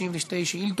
ישיב על שתי שאילתות.